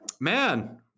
man